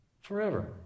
forever